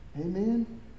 Amen